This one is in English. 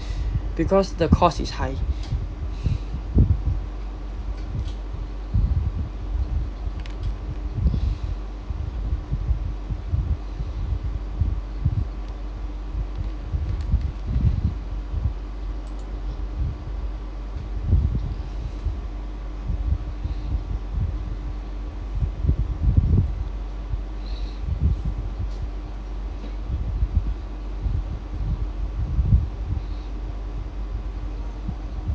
because the cost is high